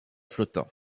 flottant